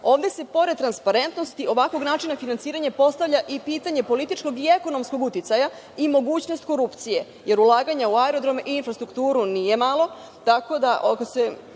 Ovde se, pored transparentnosti ovakvog načina finansiranja, postavlja i pitanje političkog i ekonomskog uticaja i mogućnost korupcije, jer ulaganje u aerodrome i infrastrukturu nije malo, pogotovo